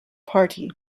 party